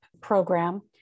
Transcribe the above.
program